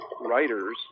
writers